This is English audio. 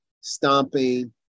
stomping